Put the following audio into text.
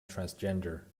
transgender